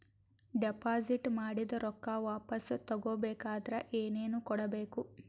Deposit ಮಾಡಿದ ರೊಕ್ಕ ವಾಪಸ್ ತಗೊಬೇಕಾದ್ರ ಏನೇನು ಕೊಡಬೇಕು?